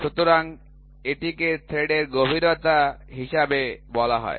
সুতরাং এটিকে থ্রেডের গভীরতা হিসাবে বলা হয়